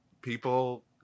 people